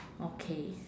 okay